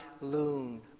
loon